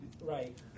right